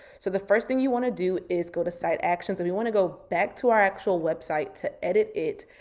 so the first thing you wanna do is go to site actions, and we wanna go back to our actual website to edit it.